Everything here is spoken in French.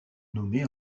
nommée